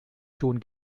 schon